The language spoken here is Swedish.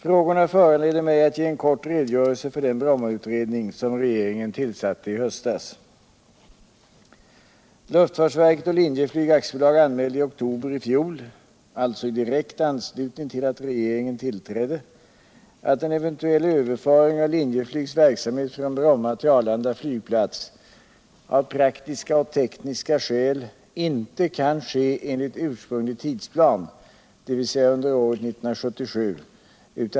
Frågorna föranleder mig att ge en kort redogörelse för den Brommautredning som regeringen tillsatte i höstas.